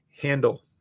handle